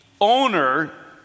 owner